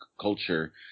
culture